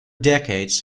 decades